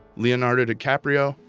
leonardo dicaprio,